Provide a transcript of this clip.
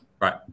right